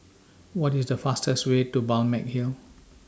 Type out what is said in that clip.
What IS The fastest Way to Balmeg Hill